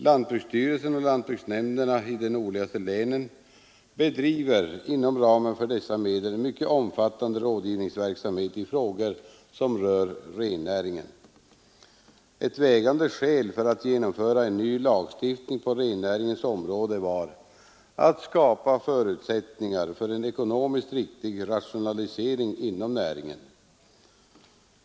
Lantbruksstyrelsen och lantbruksnämnderna i de nordligaste länen bedriver inom ramen för dessa medel en mycket omfattande rådgivningsverksamhet i frågor som rör rennäringen. Ett vägande skäl för att genomföra en ny lagstiftning på rennäringens område var att skapa förutsättningar för en ekonomiskt riktig rationalisering inom näringen.